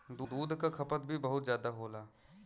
दूध क खपत भी बहुत जादा होला